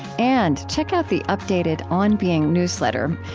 and check out the updated on being newsletter.